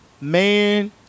man